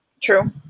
True